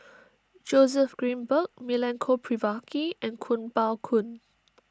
Joseph Grimberg Milenko Prvacki and Kuo Pao Kun